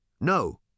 No